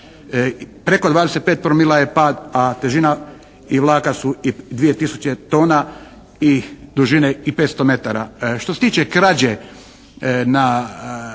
Preko 25 promila je pad, a težina i vlaka su i 2 tisuće tona i dužine 500 metara. Što se tiče krađe na